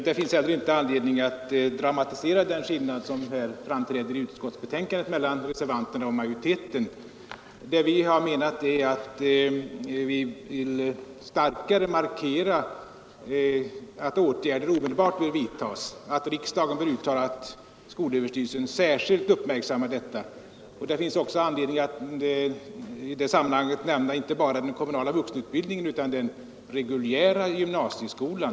Det föreligger inte heller anledning att dramatisera den skillnad som här framträder i utskottsbetänkandet mellan reservanterna och majoriteten, där vi har menat att vi vill starkare markera att åtgärder omedelbart bör vidtas och att riksdagen bör uttala att skolöverstyrelsen särskilt uppmärksammar detta. I det sammanhanget bör nämnas inte bara den kommunala vuxenutbildningen utan även den reguljära gymnasieskolan.